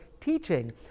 teaching